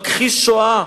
מכחיש שואה,